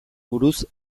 buruz